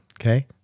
Okay